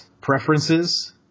preferences